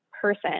person